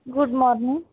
good morning